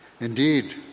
Indeed